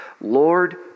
Lord